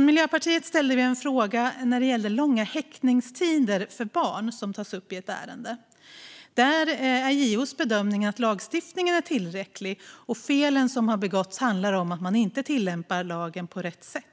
Miljöpartiet ställde en fråga om långa häktningstider för barn, vilket tas upp i ett ärende. Här är JO:s bedömning att lagstiftningen är tillräcklig och att felen som begåtts handlar om att lagen inte tillämpats på rätt sätt.